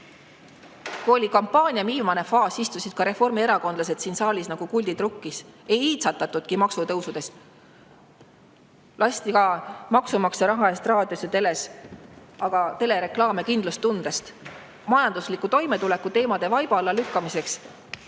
Kui oli kampaania viimane faas, istusid ka reformierakondlased siin saalis nagu kuldid rukkis. Ei iitsatatudki maksutõusudest, lasti aga ka maksumaksja raha eest raadios ja teles reklaame kindlustundest. Majandusliku toimetuleku teemade vaiba alla lükkamiseks